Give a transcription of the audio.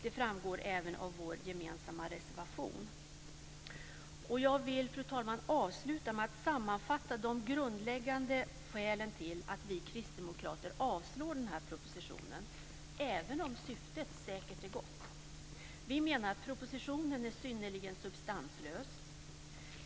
Det framgår även av vår gemensamma reservation. Fru talman! Jag vill avsluta med att sammanfatta de grundläggande skälen till att vi kristdemokrater yrkar avslag på propositionen, även om syftet säkert är gott. Vi menar att propositionen är synnerligen substanslös.